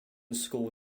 school